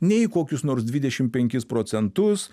ne į kokius nors dvidešimt penkis procentus